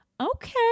okay